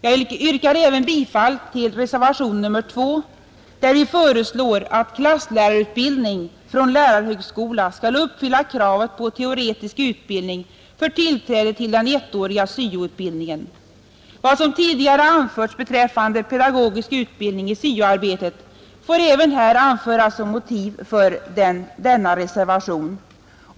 Jag yrkar även bifall till reservationen 2, där vi föreslår att klasslärarutbildning från lärarhögskola skall uppfylla kravet på teoretisk utbildning för tillträde till den ettåriga syo-utbildningen. Vad som tidigare anförts beträffande pedagogisk utbildning i syo-arbetet får även här anföras som motiv för denna reservation.